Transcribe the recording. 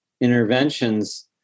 interventions